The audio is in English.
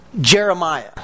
Jeremiah